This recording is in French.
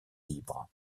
libres